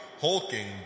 hulking